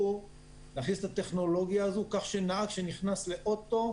את הטכנולוגיה הזאת כך שנהג שנכנס לאוטו,